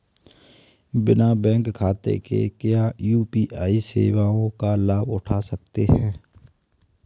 बिना बैंक खाते के क्या यू.पी.आई सेवाओं का लाभ उठा सकते हैं?